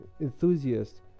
enthusiasts